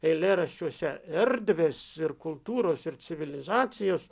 eilėraščiuose erdvės ir kultūros ir civilizacijos